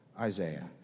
Isaiah